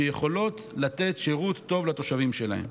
שיכולות לתת שירות טוב לתושבים שלהן.